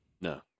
No